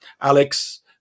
Alex